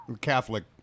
Catholic